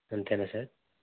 అంతేనా సార్